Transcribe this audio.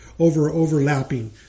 overlapping